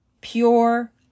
pure